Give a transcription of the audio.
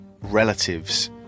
relatives